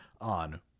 on